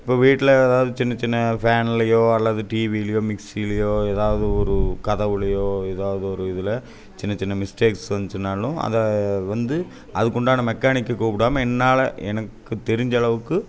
இப்போ வீட்டில் எதா எதாவது சின்ன சின்ன ஃபேன்லேயோ அல்லது டிவிலேயோ மிக்சிலேயோ ஏதாவது ஒரு கதவுலையோ எதாவது ஒரு இதில் சின்ன சின்ன மிஸ்டேக்ஸ் வந்துச்சின்னாலும் அதை வந்து அதுக்குண்டான மெக்கானிக்கை கூப்பிடாம என்னால் எனக்கு தெரிஞ்சளவுக்கு